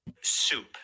Soup